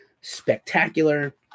spectacular